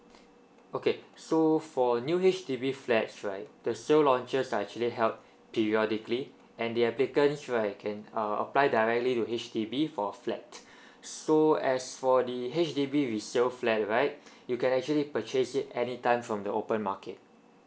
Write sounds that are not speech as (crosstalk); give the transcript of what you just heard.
okay so for a new H_D_B flat right the sale launches are actually held periodically and the applicants right can uh apply directly to H_D_B for a flat (breath) so as for the H_D_B resale flat right (breath) you can actually purchase it anytime from the open market